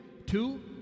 Two